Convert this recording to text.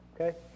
okay